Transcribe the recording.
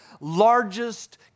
largest